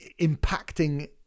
impacting